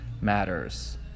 matters